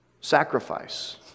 sacrifice